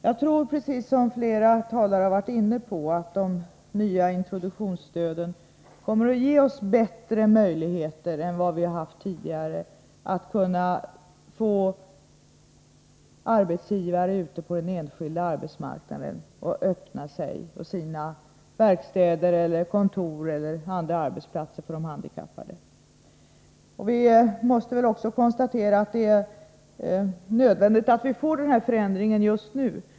Jag tror, precis som flera talare varit inne på, att de nya introduktionsstöden kommer att ge oss bättre möjligheter än vi haft tidigare att få arbetsgivare ute på den enskilda arbetsmarknaden att öppna sig och sina verkstäder, kontor eller andra arbetsplatser för de handikappade. Vi måste också konstatera att det är nödvändigt att vi får den här förändringen just nu.